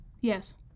Yes